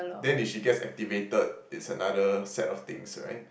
then if she gets activated it's another set of things right